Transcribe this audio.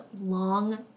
long